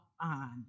on